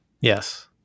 yes